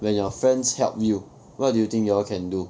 when your friends help you what do you think you all can do